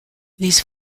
these